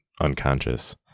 unconscious